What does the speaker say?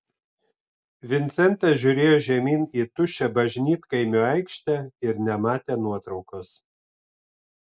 vincentas žiūrėjo žemyn į tuščią bažnytkaimio aikštę ir nematė nuotraukos